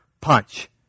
punch